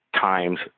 times